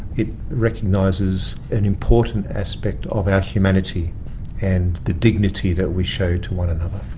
it recognises an important aspect of our humanity and the dignity that we show to one another.